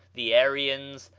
the aryans,